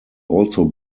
also